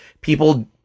People